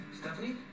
Stephanie